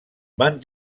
van